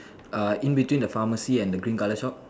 err in between the pharmacy and the green color shop